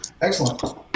Excellent